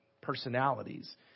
personalities